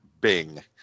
Bing